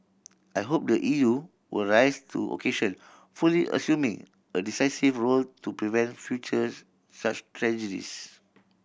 I hope the E U will rise to occasion fully assuming a decisive role to prevent futures such tragedies